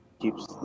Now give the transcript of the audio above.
keeps